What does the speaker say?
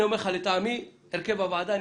אני אומר לך שלטעמי בהרכב הוועדה,